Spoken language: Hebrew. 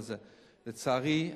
לצערי,